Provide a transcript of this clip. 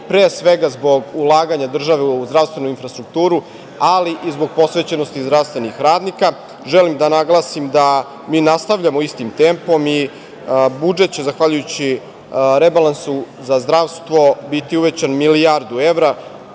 pre svega zbog ulaganja države u zdravstvenu infrastrukturu, ali i zbog posvećenosti zdravstvenih radnika. Želim da naglasim da mi nastavljamo istim tempom. Budžet će zahvaljujući rebalansu za zdravstvo biti uvećan milijardu evra,